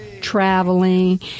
traveling